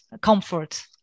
comfort